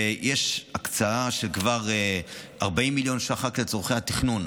ויש כבר הקצאה של 40 מיליון שקל רק לצורכי התכנון.